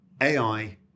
AI